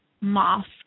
mosque